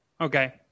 okay